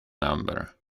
number